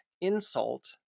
insult